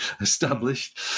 established